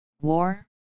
War